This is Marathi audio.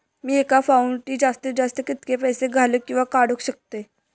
मी एका फाउटी जास्तीत जास्त कितके पैसे घालूक किवा काडूक शकतय?